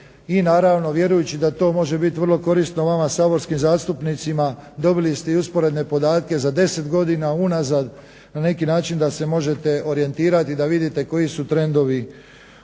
i naravno vjerujući da to može biti vrlo korisno vama saborskim zastupnicima, dobili ste i usporedne podatke za 10 godina unazad na neki način da se možete orijentirati da vidite koji su trendovi